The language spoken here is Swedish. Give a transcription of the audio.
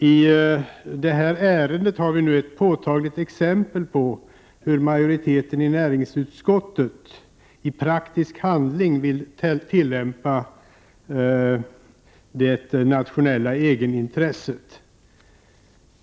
I det ärende som nu behandlas har vi nu ett påtagligt exempel på hur majoriteten i näringsutskottet i praktisk handling vill tillämpa principen om det nationella egenintresset.